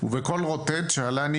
ובקול רוטט שאלני,